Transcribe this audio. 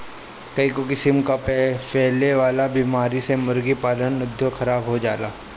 कईगो किसिम कअ फैले वाला बीमारी से मुर्गी पालन उद्योग खराब हो जाला